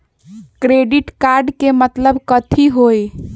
Credit card के मतलब कथी होई?